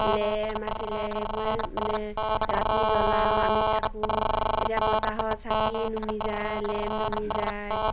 lamp আছিলে সেইবোৰে মানে ৰাতি জ্বলাওঁ আমি থাকোঁ এতিয়া বতাহত চাকি নুমি যায় লেম্প নুমি যায়